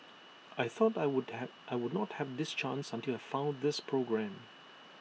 I thought I would have I would not have this chance until I found this programme